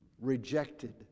rejected